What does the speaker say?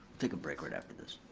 take a break right after this.